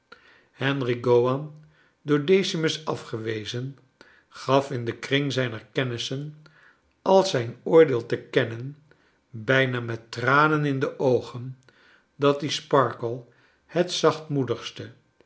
henry gowan door decimus afgewezen gaf in den kring zijner kennissen als zijn oordeel te kennen bijna met tranen in de oogen dat die sparkler het